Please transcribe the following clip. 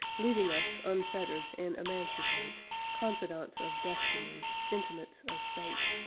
leaving us unfettered and emancipate confidants of destiny, intimates of fate.